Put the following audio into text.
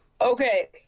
Okay